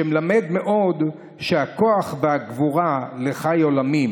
שמלמד מאוד שהכוח והגבורה לחיי עולמים.